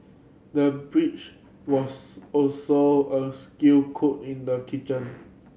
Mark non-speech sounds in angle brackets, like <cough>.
the <unintelligible> was also a skilled cook in the kitchen